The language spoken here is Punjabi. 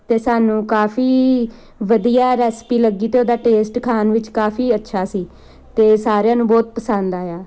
ਅਤੇ ਸਾਨੂੰ ਕਾਫੀ ਵਧੀਆ ਰੈਸਪੀ ਲੱਗੀ ਅਤੇ ਉਹਦਾ ਟੇਸਟ ਖਾਣ ਵਿੱਚ ਕਾਫੀ ਅੱਛਾ ਸੀ ਅਤੇ ਸਾਰਿਆਂ ਨੂੰ ਬਹੁਤ ਪਸੰਦ ਆਇਆ